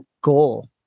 goal